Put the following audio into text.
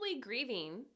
grieving